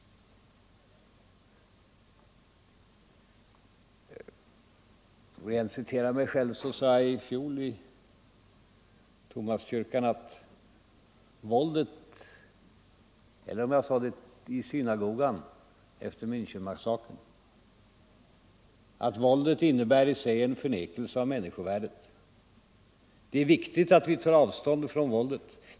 Får jag citera mig själv, så sade jag i synagogan här i Stockholm efter Mänchenmassakern: ” Våldet innebär i sig en förnekelse av människovärdet. Det är viktigt att vi tar avstånd från våldet.